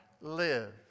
live